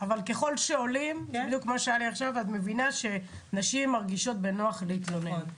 אבל ככול שמספר הדיווחים עולה אפשר להבין שנשים מרגישות בנוח להתלונן.